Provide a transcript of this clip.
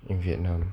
in vietnam